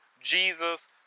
Jesus